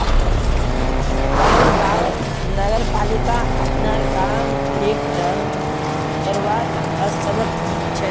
कहलगांव नगरपालिका अपनार काम ठीक ढंग स करवात असमर्थ छ